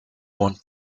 want